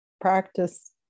practice